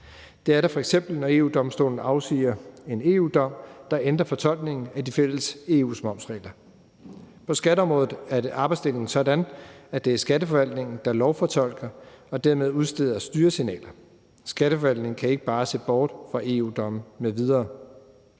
det er der f.eks., når EU-Domstolen afsiger en EU-dom, der ændrer fortolkningen af de fælles EU-momsregler. På skatteområdet er arbejdsdelingen sådan, at det er Skatteforvaltningen, der lovfortolker og dermed udsteder styresignaler. Skatteforvaltningen kan ikke bare se bort fra EU-domme m.v.